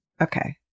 Okay